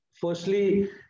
firstly